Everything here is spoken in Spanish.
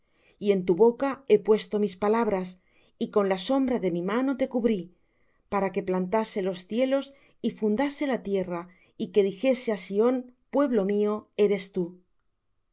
y en tu boca he puesto mis palabras y con la sombra de mi mano te cubrí para que plantase los cielos y fundase la tierra y que dijese á sión pueblo mío eres tú